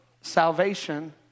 salvation